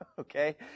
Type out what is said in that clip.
okay